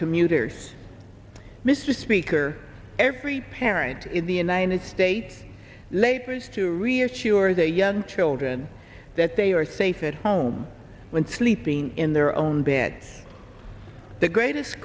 commuters mr speaker every parent in the united states labors to reassure their young children that they are safe at home when sleeping in their own beds the greatest